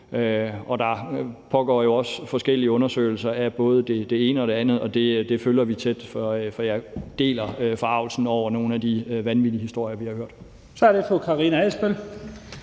på. Der pågår jo også forskellige undersøgelser af både det ene og det andet, og det følger vi tæt, for jeg deler forargelsen over nogle af de vanvittige historier, vi har hørt. Kl. 10:02 Første